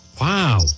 Wow